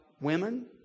women